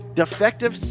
defective